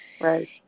right